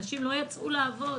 אנשים לא יצאו לעבוד.